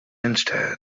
instead